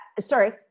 sorry